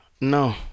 No